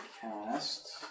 cast